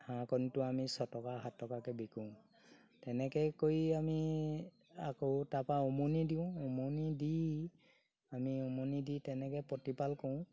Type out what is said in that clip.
হাঁহ কণীটো আমি ছটকা সাত টকাকৈ বিকোঁ তেনেকৈ কৰি আমি আকৌ তাৰপৰা উমনি দিওঁ উমনি দি আমি উমনি দি তেনেকৈ প্ৰতিপাল কৰোঁ